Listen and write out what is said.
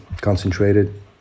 concentrated